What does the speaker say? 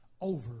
over